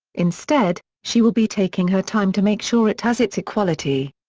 instead, she will be taking her time to make sure it has its equality.